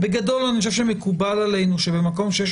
בגדול אני חושב שמקובל עלינו שבמקום שיש